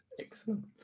Excellent